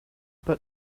but